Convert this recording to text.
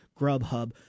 Grubhub